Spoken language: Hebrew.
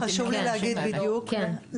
כן,